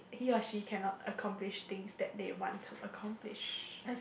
he or she cannot accomplish things that they want to accomplish